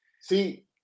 See